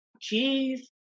cheese